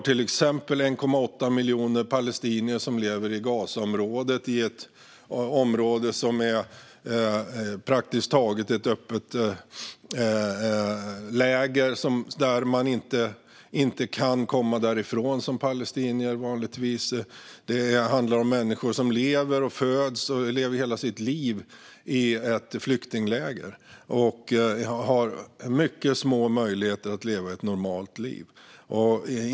Till exempel lever 1,8 miljoner palestinier i Gazaområdet i ett område som är praktiskt taget ett öppet läger, och som palestinier kan man vanligtvis inte komma därifrån. Människor föds och lever hela sitt liv i ett flyktingläger och har mycket små möjligheter att leva ett normalt liv.